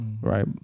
right